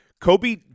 kobe